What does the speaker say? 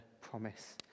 promise